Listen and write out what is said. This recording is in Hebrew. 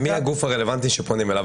מי הגוף הרלוונטי שפונים עליו?